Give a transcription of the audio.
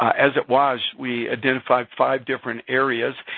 as it was, we identified five different areas.